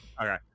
Okay